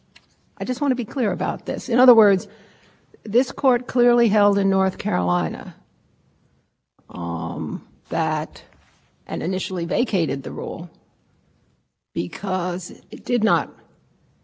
words this court clearly held in north carolina that and initially vacated the rule because it did not meet the requirements of the statute